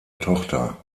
tochter